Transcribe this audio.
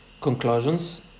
Conclusions